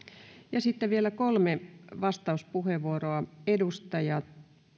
ja sitten vielä kolme vastauspuheenvuoroa edustajat